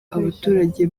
abaturage